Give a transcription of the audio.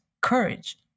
courage